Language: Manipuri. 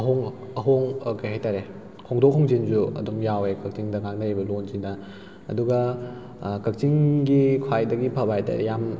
ꯑꯍꯣꯡꯕ ꯀꯔꯤ ꯍꯥꯏꯇꯥꯔꯦ ꯍꯣꯡꯗꯣꯛ ꯍꯣꯡꯖꯤꯟꯁꯨ ꯑꯗꯨꯝ ꯌꯥꯎꯋꯦ ꯀꯛꯆꯤꯡꯗ ꯉꯥꯡꯅꯔꯤꯕ ꯂꯣꯟꯁꯤꯅ ꯑꯗꯨꯒ ꯀꯛꯆꯤꯡꯒꯤ ꯈ꯭ꯋꯥꯏꯗꯒꯤ ꯐꯕ ꯍꯥꯏꯇꯥꯔꯗꯤ ꯌꯥꯝ